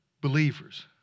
believers